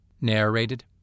Narrated